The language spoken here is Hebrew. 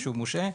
כשהוא מושעה,